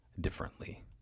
differently